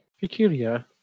peculiar